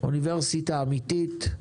אוניברסיטה אמיתית,